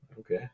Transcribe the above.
Okay